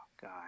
God